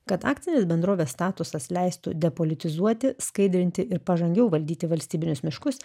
kad akcinės bendrovės statusas leistų depolitizuoti skaidrinti ir pažangiau valdyti valstybinius miškus